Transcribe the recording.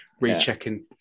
rechecking